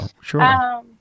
sure